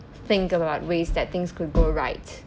think about ways that things could go right